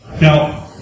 Now